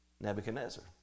Nebuchadnezzar